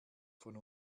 von